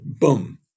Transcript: boom